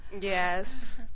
Yes